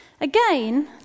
Again